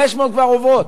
500 כבר עוברות.